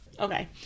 Okay